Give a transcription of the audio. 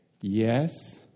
Yes